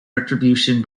retribution